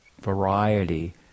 variety